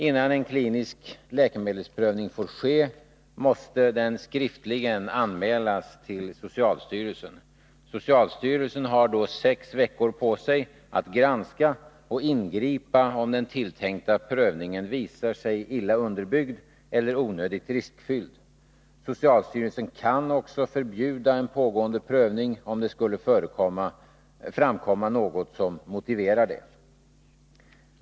Innan en klinisk läkemedelsprövning får ske måste den skriftligen anmälas till socialstyrelsen. Socialstyrelsen har då sex veckor på sig för att granska och ingripa om den tilltänkta prövningen visar sig illa underbyggd eller onödigt riskfylld. Socialstyrelsen kan också förbjuda en pågående prövning, om det skulle framkomma något som motiverar det.